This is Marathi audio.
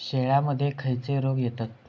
शेळ्यामध्ये खैचे रोग येतत?